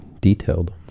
detailed